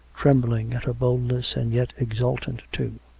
trembling at her boldness and yet exultant too